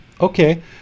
Okay